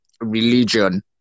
religion